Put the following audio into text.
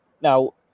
Now